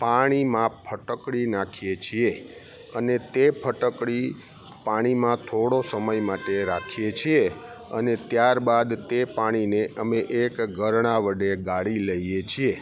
પાણીમાં ફટકડી નાખીએ છીએ અને તે ફટકડી પાણીમાં થોડો સમય માટે રાખીએ છીએ અને ત્યારબાદ તે પાણીને અમે એક ગરણા વડે ગાળી લઈએ છીએ